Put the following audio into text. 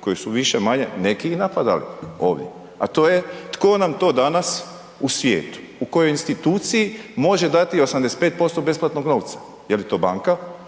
kojeg su više-manje neki i napadali ovdje a to je tko nam to danas u svijetu, u kojoj instituciji, može dati 85% besplatnog novca, je li to banka,